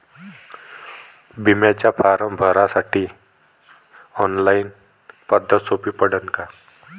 बिम्याचा फारम भरासाठी ऑनलाईन पद्धत सोपी पडन का?